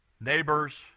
neighbors